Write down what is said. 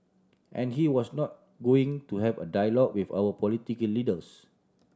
and he was not going to have a dialogue with our political leaders